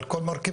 על כל מרכיביו.